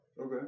Okay